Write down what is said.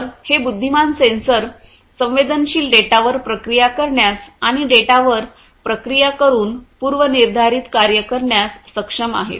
तर हे बुद्धिमान सेन्सर संवेदनशील डेटावर प्रक्रिया करण्यास आणि डेटावर प्रक्रिया करून पूर्वनिर्धारित कार्ये करण्यास सक्षम आहेत